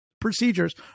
procedures